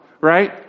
right